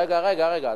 רגע, רגע, רגע.